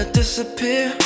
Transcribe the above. disappear